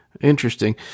Interesting